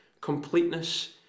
completeness